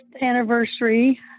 anniversary